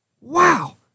wow